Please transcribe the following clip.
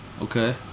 Okay